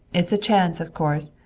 it's a chance, of course,